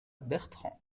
bertrand